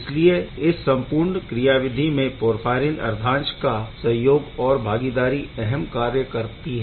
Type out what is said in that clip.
इसलिए इस संपूर्ण क्रियाविधि में पोरफ़ाईरिन अर्धांश का सहयोग और भागीदारी अहम कार्य करती है